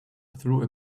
through